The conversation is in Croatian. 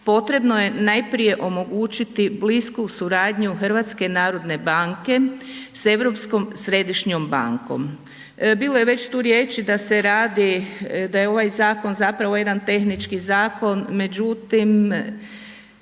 potrebno je najprije omogućiti blisku suradnju HNB-a s Europskom središnjom bankom. Bilo je već tu riječi da se radi, da je ovaj zakon zapravo jedan tehnički zakon međutim